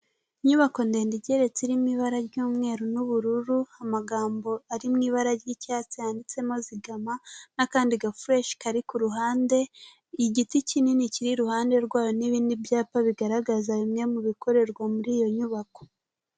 Inyubako ndende igeretse irimo ibara ry'umweru n'ubururu, amagambo ari mu ibara ry'icyatsi yanditsemo zigama n'akandi gafureshi kari ku ruhande, igiti kinini kiri iruhande rwayo n'ibindi byapa bigaragaza bimwe mu bikorerwa muri iyo nyubako.